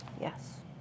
Yes